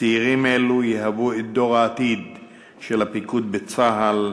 צעירים אלה יהוו את דור העתיד של הפיקוד בצה"ל,